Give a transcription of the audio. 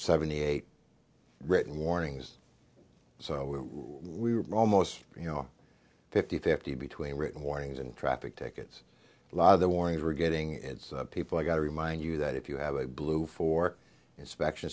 seventy eight written warnings so we were almost you know fifty fifty between written warnings and traffic tickets a lot of the warnings were getting people i got to remind you that if you have a blue for inspection